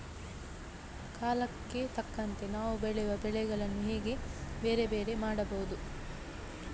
ಕಾಲಕ್ಕೆ ತಕ್ಕಂತೆ ನಾವು ಬೆಳೆಯುವ ಬೆಳೆಗಳನ್ನು ಹೇಗೆ ಬೇರೆ ಬೇರೆ ಮಾಡಬಹುದು?